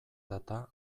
data